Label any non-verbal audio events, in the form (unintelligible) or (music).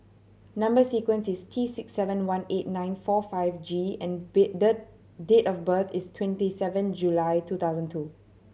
number sequence is T six seven one eight nine four five G and (unintelligible) the date of birth is twenty seven July two thousand two